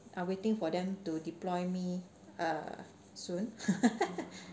I'm waiting for them to deploy me uh soon